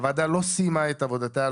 הוועדה לא סיימה את עבודתה,